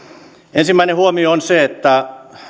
ensimmäinen huomio on se että